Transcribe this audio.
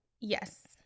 Yes